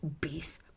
Beef